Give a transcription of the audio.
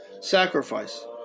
sacrifice